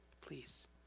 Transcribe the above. please